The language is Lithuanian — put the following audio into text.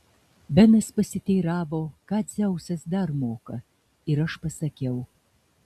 benas pasiteiravo ką dzeusas dar moka ir aš pasakiau